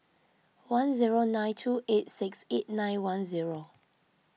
one zero nine two eight six eight nine one zero